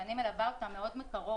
שאני מלווה אותה מאוד מקרוב,